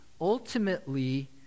ultimately